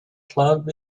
club